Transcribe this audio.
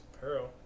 Pearl